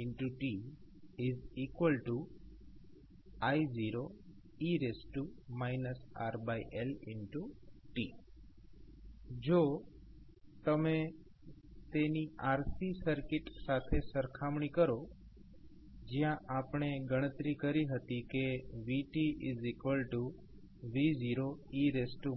i Ae RLtI0e RLt જો તમે તેની RC સર્કિટ સાથે સરખામણી કરો જ્યાં આપણે ગણતરી કરી હતી કે vV0e tRCછે